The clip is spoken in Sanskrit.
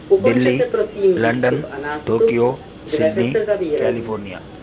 Delhi London Tokyo Sydney California